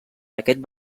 aquest